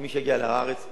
ומי שיגיע לארץ יוחזר,